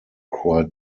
quite